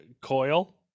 coil